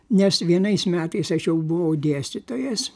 nes vienais metais aš jau buvau dėstytojas